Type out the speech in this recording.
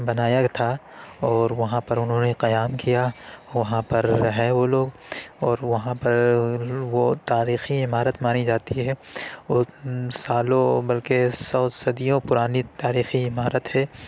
بنایا تھا اور وہاں پر انہوں نے قیام کیا وہاں پر رہے وہ لوگ اور وہاں پر وہ تاریخی عمارت مانی جاتی ہے سالوں بلکہ سو صدیوں پرانی تاریخی عمارت ہے